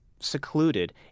Secluded